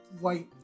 white